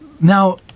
Now